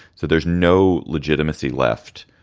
so there's no legitimacy left.